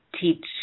teach